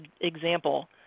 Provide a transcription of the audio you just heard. example